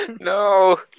No